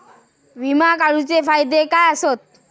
विमा काढूचे फायदे काय आसत?